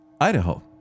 Idaho